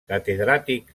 catedràtic